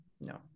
no